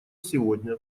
сегодня